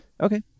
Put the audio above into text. okay